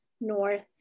north